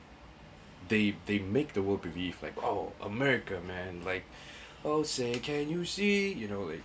they they make the world believe like oh america man like I'll say can you see you know the